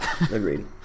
Agreed